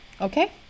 Okay